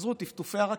חזרו טפטופי הרקטות.